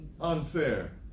unfair